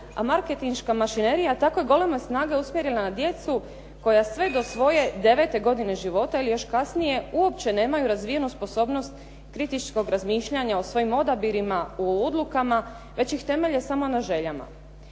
a marketinška mašinerija tako je goleme snage usmjerio na djecu koja sve do svoje 9. godine života ili još kasnije uopće nemaju razvijenu sposobnost kritičkog razmišljanja o svojim odabirima u odlukama, već ih temelje samo na željama.